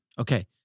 Okay